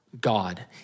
God